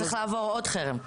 צריך לעבור עוד חרם.